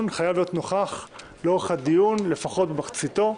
חייב להיות נוכח לאורך הדיון לפחות במחציתו.